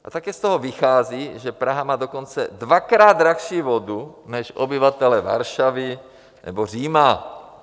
A také z toho vychází, že Praha má dokonce dvakrát dražší vodu než obyvatelé Varšavy nebo Říma.